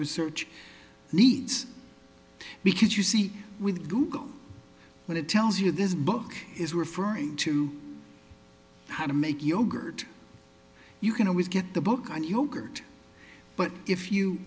research needs because you see with google what it tells you this book is referring to how to make yogurt you can always get the book and yogurt but if you